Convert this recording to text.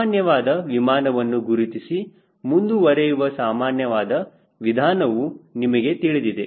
ಸಾಮಾನ್ಯವಾದ ವಿಮಾನವನ್ನು ಗುರುತಿಸಿ ಮುಂದುವರೆಯುವ ಸಾಮಾನ್ಯವಾದ ವಿಧಾನವು ನಮಗೆ ತಿಳಿದಿದೆ